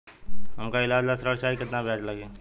हमका ईलाज ला ऋण चाही केतना ब्याज लागी?